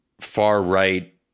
far-right